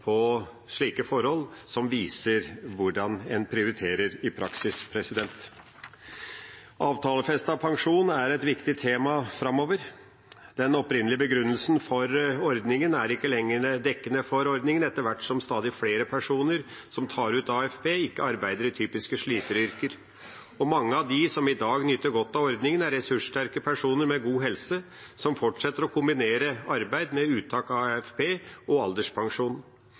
på slike forhold som viser hvordan man prioriterer i praksis. Avtalefestet pensjon er et viktig tema framover. Den opprinnelige begrunnelsen for ordningen er ikke lenger dekkende for ordningen etter hvert som stadig flere personer som tar ut AFP, ikke arbeider i typiske sliteryrker. Mange av dem som i dag nyter godt av ordningen, er ressurssterke personer med god helse, som fortsetter å kombinere arbeid med uttak av AFP og alderspensjon.